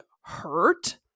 hurt